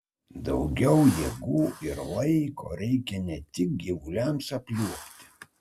daugiau jėgų ir laiko reikia ne tik gyvuliams apliuobti